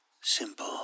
simple